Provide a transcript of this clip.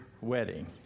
wedding